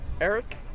Eric